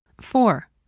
Four